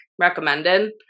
recommended